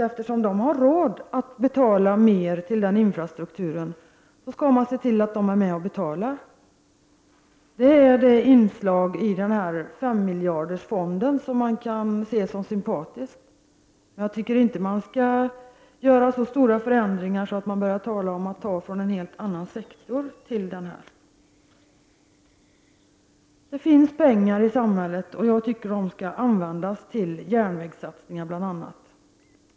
Eftersom de har råd att betala mer till den infrastrukturen skall de vara med och betala. Det är det inslag i 5-miljardersfonden som kan ses som sympatiskt, men det skall inte göras så stora förändringar att det blir tal om att ta från en helt annan sektor till den. Det finns pengar i samhället, och jag tycker att de skall användas bl.a. till järnvägssatsningar.